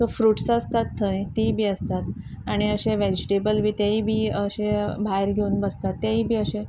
fruits आसतात थंय ती बी आसतात आनी अशे वेजिटेबल बी तेय बी अशे भायर घेवन बसतात तेय बी अशे